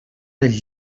del